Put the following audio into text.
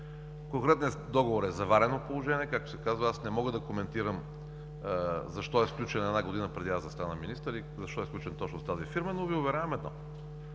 Конкретният договор е заварено положение. Както се казва, не мога да коментирам защо е сключен една година преди аз да стана министър и защо е сключен точно с тази фирма, но Ви уверявам едно: